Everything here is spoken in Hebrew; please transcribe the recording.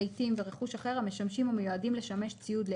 רהיטים ורכוש אחר המשמשים או מיועדים לשמש ציוד לעסק,